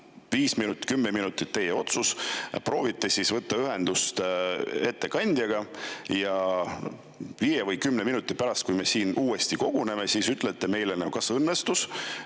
kümme minutit, teie otsus –, proovite võtta ühendust ettekandjaga ja viie või kümne minuti pärast, kui me siin uuesti koguneme, ütlete meile, kas õnnestus